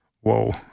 Whoa